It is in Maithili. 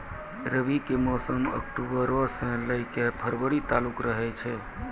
रबी के मौसम अक्टूबरो से लै के फरवरी तालुक रहै छै